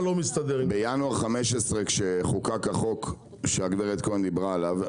בשנת 2015 בחודש ינואר כשחוקק החוק שהגברת כהן דיברה עליו,